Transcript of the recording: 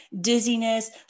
dizziness